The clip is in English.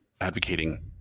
advocating